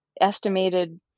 estimated